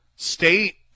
State